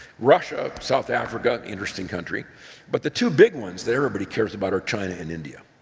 russia, south africa interesting country but the two big ones that everybody cares about are china and india